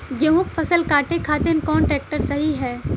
गेहूँक फसल कांटे खातिर कौन ट्रैक्टर सही ह?